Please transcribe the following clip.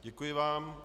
Děkuji vám.